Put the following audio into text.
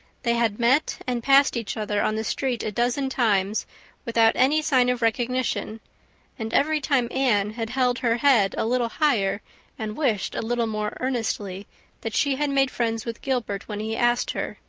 they had met and passed each other on the street a dozen times without any sign of recognition and every time anne had held her head a little higher and wished a little more earnestly that she had made friends with gilbert when he asked her,